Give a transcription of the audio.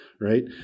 right